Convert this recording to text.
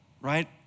Right